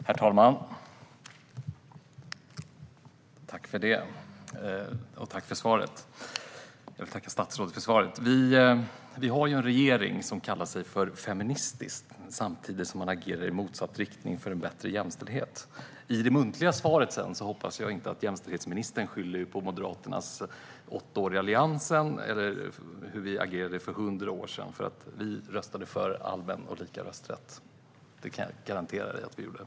Herr talman! Jag tackar statsrådet för svaret. Regeringen kallar sig feministisk, samtidigt som man agerar i motsatt riktning för en bättre jämställdhet. Jag hoppas att jämställdhetsministern i sina fortsatta muntliga svar inte kommer att skylla på Moderaternas åtta år i Alliansen eller hur vi agerade för hundra år sedan. Vi röstade för allmän och lika rösträtt - det kan jag garantera att vi gjorde.